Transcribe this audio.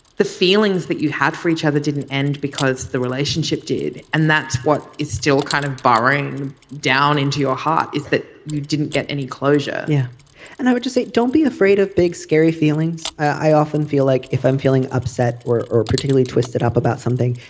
the feelings that you had for each other didn't end because the relationship did. and that's what is still kind of bahrain down into your heart is that you didn't get any closure. yeah and i would just say, don't be afraid of big, scary feelings. i often feel like if i'm feeling upset or or particularly twisted up about something,